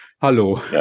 hallo